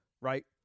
right